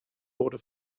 wurde